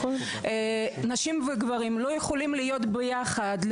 נשים וגברים לא יכולים להיות ביחד.